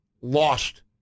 lost